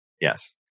Yes